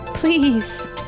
Please